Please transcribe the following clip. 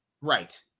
Right